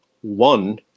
one